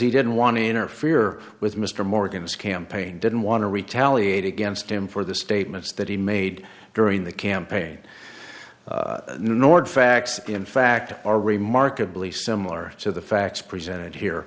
he didn't want to interfere with mr morgan's campaign didn't want to retaliate against him for the statements that he made during the campaign nord facts in fact are remarkably similar to the facts presented here